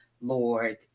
lord